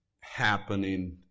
happening